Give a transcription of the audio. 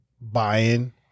buying